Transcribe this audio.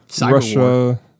Russia